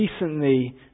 recently